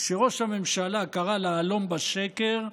כשראש הממשלה קרא להלום בשקר,